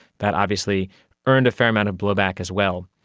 that obviously earned a fair amount of blowback as well.